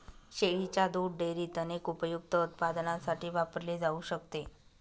शेळीच्या दुध डेअरीत अनेक उपयुक्त उत्पादनांसाठी वापरले जाऊ शकते